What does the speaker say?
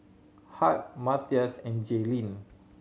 Hart Mathias and Jaelynn